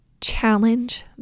Challenge